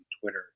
Twitter